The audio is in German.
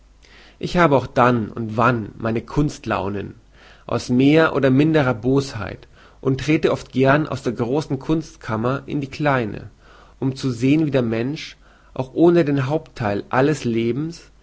ich habe auch dann und wann meine kunstlaunen aus mehr oder minderer bosheit und trete oft gern aus der großen kunstkammer in die kleine um zu sehen wie der mensch auch ohne den haupttheil alles lebens